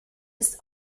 ist